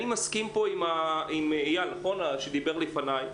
אני מסכים פה עם אייל שדיבר לפני.